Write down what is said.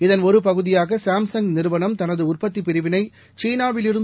இதன் ஒரு பகுதியாக சாம்சங் நிறுவனம் தனது உற்பத்தி பிரிவினை சீனாவிலிருந்து